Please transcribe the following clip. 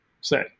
Say